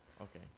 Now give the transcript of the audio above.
Okay